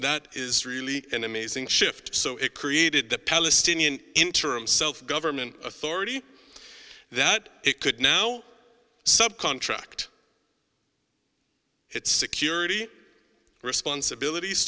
that is really an amazing shift so it created the palestinian interim government authority that it could now subcontract its security responsibilities